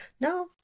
no